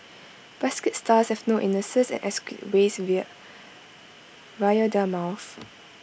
basket stars have no anuses and excrete waste via via their mouths